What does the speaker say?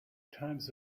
times